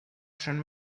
john